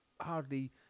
hardly